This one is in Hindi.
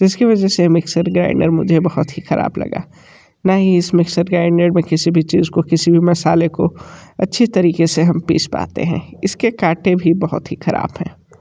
इसके वजह से मिक्सर ग्राइंडर मुझे बहुत ही खराब लगा ना ही इस मिक्सर ग्राइंडर में किसी भी चीज को किसी भी मसाले को अच्छी तरीके से हम पीस पाते हैं इसके काटे भी बहुत ही ख़राब है